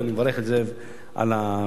ואני מברך את זאב על החוק הזה.